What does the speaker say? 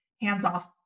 hands-off